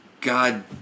God